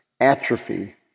atrophy